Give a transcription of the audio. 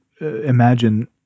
imagine